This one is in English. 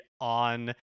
on